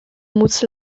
móc